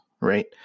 right